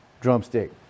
drumstick